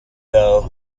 though